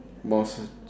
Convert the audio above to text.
boss